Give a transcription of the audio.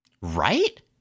Right